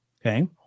Okay